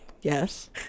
Yes